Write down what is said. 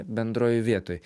bendroj vietoj